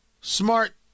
smart